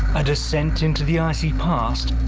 a descent into the icy past,